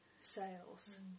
sales